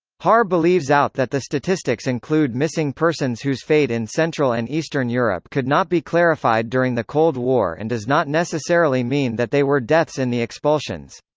haar believes out that the statistics include missing persons whose fate in central and eastern europe could not be clarified during the cold war and does not necessarily mean that they were deaths in the expulsions.